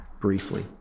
briefly